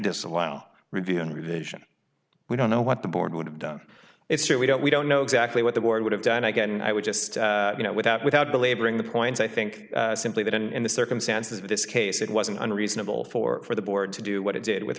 disallow reviewing revision we don't know what the board would have done it so we don't we don't know exactly what the board would have done again and i would just you know without without belaboring the points i think simply that and the circumstances of this case it wasn't unreasonable for for the board to do what it did with